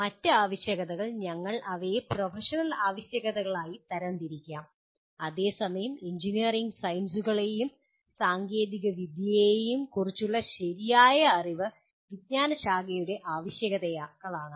മറ്റ് ആവശ്യകതകൾ ഞങ്ങൾ അവയെ പ്രൊഫഷണൽ ആവശ്യകതകളായി തരം തിരിക്കാം അതേസമയം എഞ്ചിനീയറിംഗ് സയൻസുകളെയും സാങ്കേതികവിദ്യയെയും കുറിച്ചുള്ള ശരിയായ അറിവ് വിജ്ഞാന ശാഖയുടെ ആവശ്യകതകളാണ്